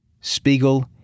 Spiegel